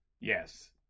Yes